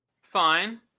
fine